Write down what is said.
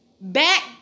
back